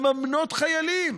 מממנות חיילים,